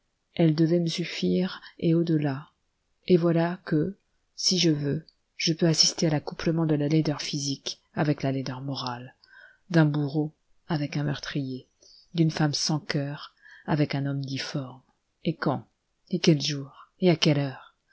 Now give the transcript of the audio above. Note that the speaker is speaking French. elle devait me suffire et au delà et voilà que si je veux je peux assister à l'accouplement de la laideur physique avec la laideur morale d'un bourreau avec un meurtrier d'une femme sans coeur avec un homme difforme et quand et quel jour et à quelle heure